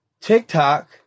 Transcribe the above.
TikTok